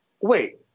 wait